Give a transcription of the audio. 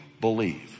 believe